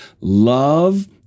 love